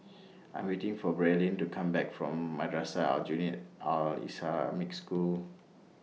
I Am waiting For Braelyn to Come Back from Madrasah Aljunied Al Islamic School